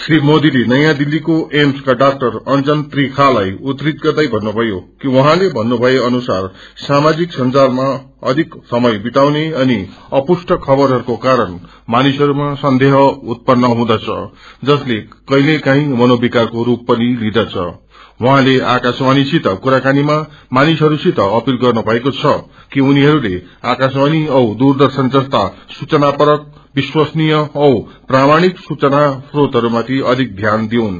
श्री मोदीले नयाँ दिल्लीको एम्सका ड्रा अंजन त्रिखालाई उद्द गर्दै भन्नुम्यो कि उहाँले पन्नुषए अनुसार सामाजिक संजालमा अधिक समय विताउने अनि अपुष्ट खबरहरूको कारण मानिसहरूमा सन्देह हुँदछ जसले कोरीलेकडी मनोविकारको स्ल पनि लिदैछ उहाँले आक्रशवाणीसित कुराकानीमा मानिसहरूसित अपील गर्नुभकरो छ कि उनीहरूले आकाशवाणी औ दूरदर्शन जस्ता सूचनापक विश्वसनीय औ प्रमाणिक सूचना श्रोजहरूमाथि अविक ध्यान दिउनु